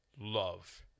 love